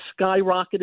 skyrocketed